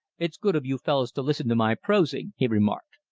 it's good of you fellows to listen to my prosing, he remarked.